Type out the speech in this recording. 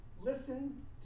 Listen